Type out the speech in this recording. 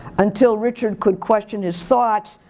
until richard could question his thoughts,